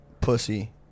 pussy